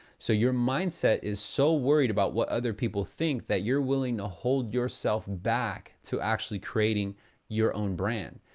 so, your mindset is so worried about what other people think, that you're willing to hold yourself back to actually creating your own brand.